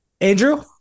Andrew